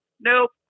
nope